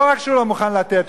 לא רק שהוא לא מוכן לתת,